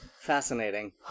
fascinating